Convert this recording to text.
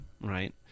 right